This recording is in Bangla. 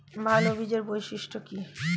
ভাল বীজের বৈশিষ্ট্য কী?